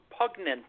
repugnant